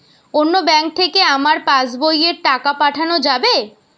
অন্য ব্যাঙ্ক থেকে আমার পাশবইয়ে টাকা পাঠানো যাবে কি?